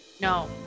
no